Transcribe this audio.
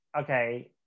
okay